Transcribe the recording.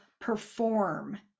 Perform